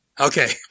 Okay